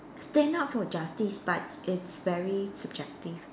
stand up for justice but it's very subjective